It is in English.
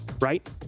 right